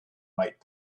might